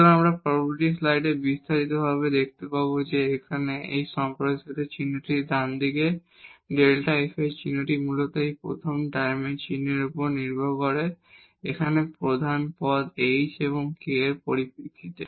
সুতরাং আমরা পরবর্তী স্লাইডে বিস্তারিতভাবে দেখতে পাব যে এখানে এই সম্প্রসারণের চিহ্নটি ডানদিকে এই Δ f এর চিহ্নটি মূলত এই প্রথম টার্মের চিহ্নের উপর নির্ভর করে এগুলি এখানে প্রধান পদ h এবং k এর পরিপ্রেক্ষিতে